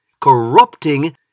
corrupting